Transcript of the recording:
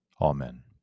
Amen